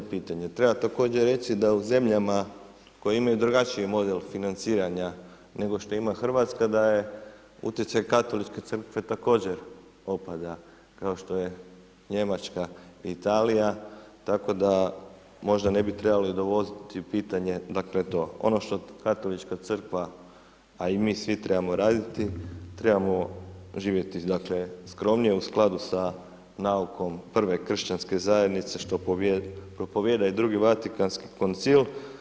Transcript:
Treba također reći, da u zemljama koje imaju drugačiji model financiranja, nego što ima Hrvatska, da je utjecaj Katoličke crkve, također opada, kao što je Njemačka, Italija, tko da možda ne bi trebali dovoditi u pitanje dakle, eto, ono što Katolička crkva a i mi svi trebamo raditi, trebamo živjeti skromnije u skladu sa naukom prve kršćanske zajednice što propovijedaju drugi Vatikanski koncil.